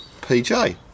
PJ